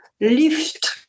lift